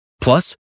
Plus